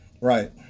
right